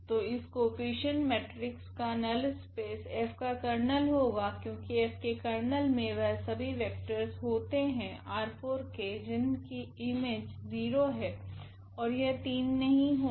तो इस coefficient matrix का नल स्पेस F का कर्नेल होगा क्योकि F के कर्नेल मे वह सभी वेक्टरस होते है R4 के जिनकी इमेज 0 है ओर यह 3 नहीं होगे